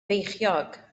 feichiog